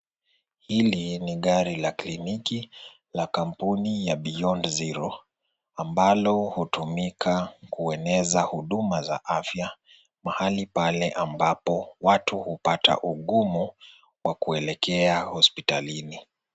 Hili ni gari la kliniki la kampuni ya Beyond Zero ambalo hutumika kueneza huduma za afya mahali pale ambapo watu hupata ugumu wa kuelekea hospitalini.